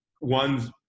One's